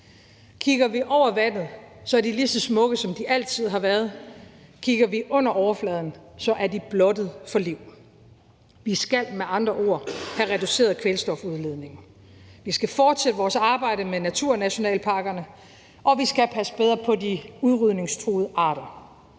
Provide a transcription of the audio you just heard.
Kigger vi over vandet, er de lige så smukke, som de altid har været. Kigger vi under overfladen, er de blottet for liv. Vi skal med andre ord have reduceret kvælstofudledningen. Vi skal fortsætte vores arbejde med naturnationalparkerne, og vi skal passe bedre på de udrydningstruede arter,